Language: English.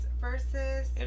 versus